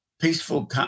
peaceful